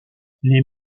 les